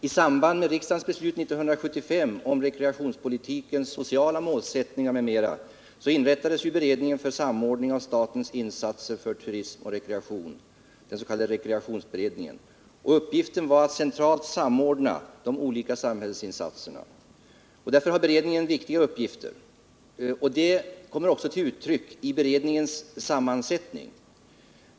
I samband med riksdagens beslut 1975 om rekreationspolitikens sociala målsättningar m.m. inrättades beredningen för samordning av statens insatser för turism och rekreation, den s.k. rekreationsberedningen. Dess uppgift var att centralt samordna de olika samhällsinsatserna. Denna beredning har alltså ett viktigt uppdrag. Det kommer också till uttryck i beredningens sammansättning.